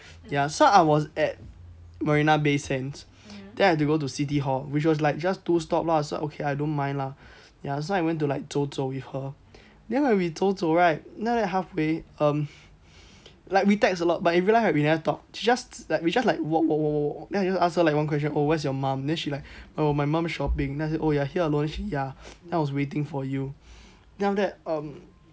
ya so I was at marina bay sands then I have to go to city hall which was like just two stops lah so okay I don't mind lah ya so I went to like 走走 with her then right we 走走 right then half way um like we text a lot but in real time we never talk she just like we just like walk walk walk walk walk then I just ask her like one question oh where is your mum then she like oh my mum shopping then I say oh you are here alone she ya then I was waiting for you then after that um